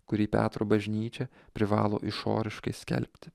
kurį petro bažnyčia privalo išoriškai skelbti